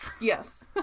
Yes